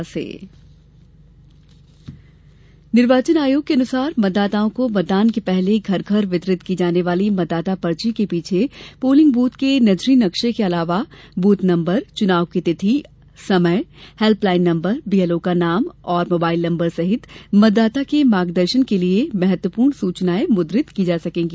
मतदाता पर्ची निर्वाचन आयोग के अनुसार मतदाताओं को मतदान के पहले घर घर वितरित की जाने वाली मतदाता पर्ची के पीछे पोलिंग बूथ के नजरी नक्शा के अलावा बूथ नम्बर चुनाव की तिथि एवं समय हेल्पलाइन नम्बर बीएलओ का नाम एवं मोबाइल नम्बर सहित मतदाता के मार्गदर्शन हेत् महत्वपूर्ण सूचनाएं मुद्रित की जा सकेगी